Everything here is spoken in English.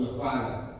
father